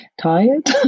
Tired